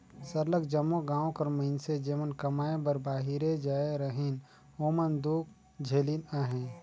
सरलग जम्मो गाँव कर मइनसे जेमन कमाए बर बाहिरे जाए रहिन ओमन दुख झेलिन अहें